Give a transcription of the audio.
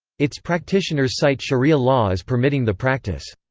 its practitioners cite sharia law as permitting the practise.